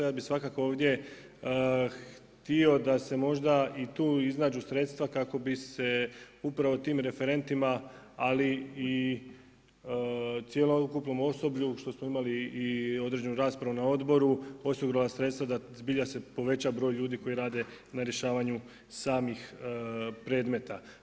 Ja bih svakako ovdje htio da se možda i tu iznađu sredstva kako bi se upravo tim referentima, ali i cjelokupnom osoblju što smo imali i određenu raspravu na odboru osigurala sredstva da zbilja se poveća broj ljudi koji rade na rješavanju samih predmeta.